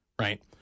right